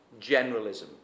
generalism